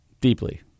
Deeply